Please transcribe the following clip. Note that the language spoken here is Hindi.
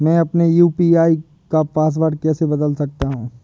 मैं अपने यू.पी.आई का पासवर्ड कैसे बदल सकता हूँ?